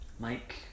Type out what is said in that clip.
Mike